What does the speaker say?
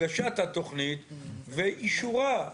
הגשת התוכנית ואישורה,